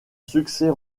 succès